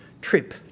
trip